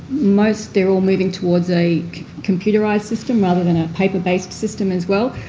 most they're all moving towards a computerised system rather than a paper-based system as well.